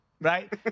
right